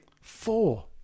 Four